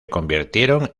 convirtieron